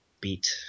beat